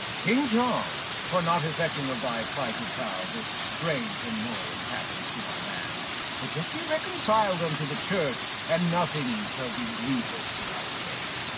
king john, for not effecting of thy plighted vow, this strange annoyance happens to thy land but yet be reconciled unto the church, and nothing shall be grievous to thy state.